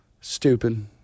Stupid